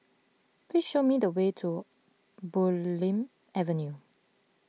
please show me the way to Bulim Avenue